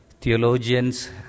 Theologians